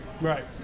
Right